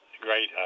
great